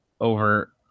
over